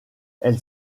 elle